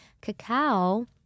cacao